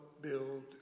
build